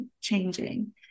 changing